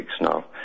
now